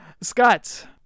Scott